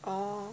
orh